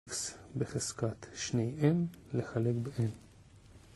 בחזקת שני m לחלק ב-m.